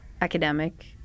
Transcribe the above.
academic